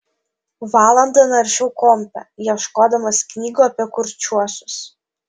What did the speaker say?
valandą naršiau kompe ieškodamas knygų apie kurčiuosius